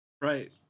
right